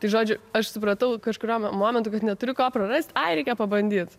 tai žodžiu aš supratau kažkuriuo momentu kad neturi ko prarast ai reikia pabandyt